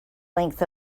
length